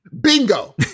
Bingo